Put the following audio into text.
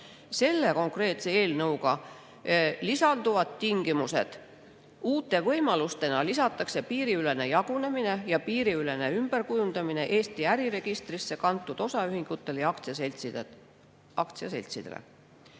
Selle konkreetse eelnõuga lisanduvad tingimused. Uute võimalustena lisatakse piiriülene jagunemine ja piiriülene ümberkujundamine Eesti äriregistrisse kantud osaühingutele ja aktsiaseltsidele.